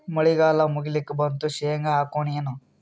ಮಳಿಗಾಲ ಮುಗಿಲಿಕ್ ಬಂತು, ಶೇಂಗಾ ಹಾಕೋಣ ಏನು?